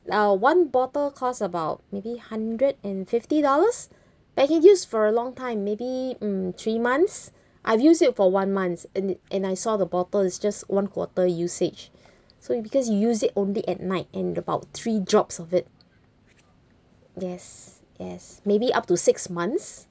uh one bottle costs about maybe hundred and fifty dollars but can use for a long time maybe mm three months I've used it for one month and and I saw the bottle is just one quarter usage so because you use it only at night and about three drops of it yes yes maybe up to six months